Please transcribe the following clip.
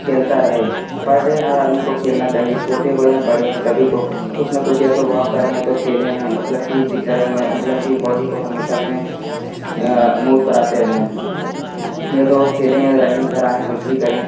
खेलता रहे per day हर आदमी को खेलना चाहिए छोटे हों या बड़े हों सभी को कुछ ना कुछ या तो वाक करें या तो खेलें मतलब कि जिक जैक हमें मतलब कि बॉडी को हमेशा अपने मूव कराते रहें या तो वे खेलें या रनिंग कराएं कुछ भी करें